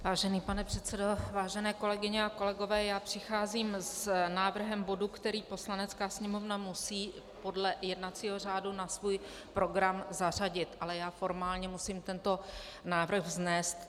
Vážený pane předsedo, vážené kolegyně a kolegové, já přicházím s návrhem bodu, který Poslanecká sněmovna musí podle jednacího řádu na svůj program zařadit, ale já formálně musím tento návrh vznést.